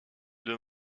deux